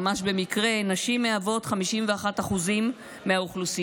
ממש במקרה נשים הן 51% מהאוכלוסייה,